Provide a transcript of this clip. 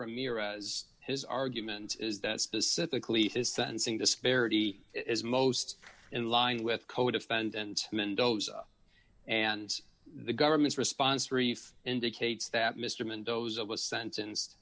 ramirez his argument is that specifically his sentencing disparity is most in line with codefendant mendoza and the government's response raef indicates that mr mendoza was sentenced